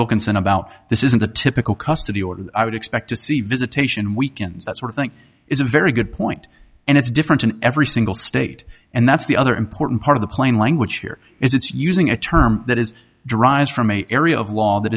wilkinson about this isn't the typical custody order i would expect to see visitation weekends that sort of thing is a very good point and it's different in every single state and that's the other important part of the plain language here is it's using a term that is derived from a area of law that